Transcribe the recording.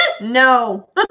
No